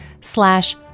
slash